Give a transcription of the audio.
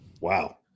Wow